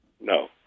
No